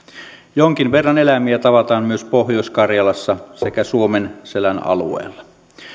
jonkin verran eläimiä tavataan myös pohjois karjalassa sekä suomenselän alueella